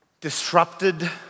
disrupted